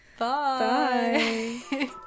Bye